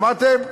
שמעתם?